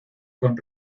con